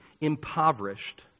impoverished